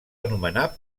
anomenar